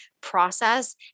process